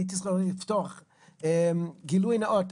גילוי נאות,